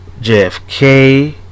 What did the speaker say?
JFK